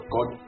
God